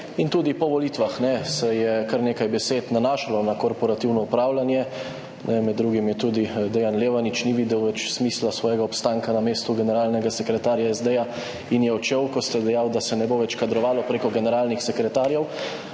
in tudi po volitvah se je kar nekaj besed nanašalo na korporativno upravljanje, med drugim tudi Dejan Levanič ni več videl smisla svojega obstanka na mestu generalnega sekretarja SD in je odšel, ko ste dejali, da se ne bo več kadrovalo prek generalnih sekretarjev.